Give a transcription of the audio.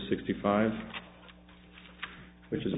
sixty five which is